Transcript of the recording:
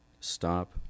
stop